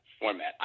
format